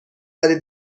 ولی